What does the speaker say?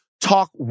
talk